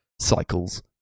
cycles